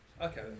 Okay